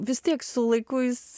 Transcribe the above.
vis tiek su laiku jis